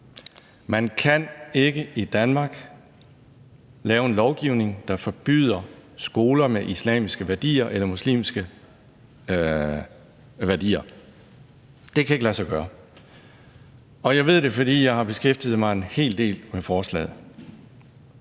Man kan ikke i Danmark lave en lovgivning, der forbyder skoler med muslimske værdier. Det kan ikke lade sig gøre. Og jeg ved det, fordi jeg har beskæftiget mig en hel del med forslaget.